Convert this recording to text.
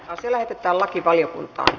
asia lähetettiin lakivaliokuntaan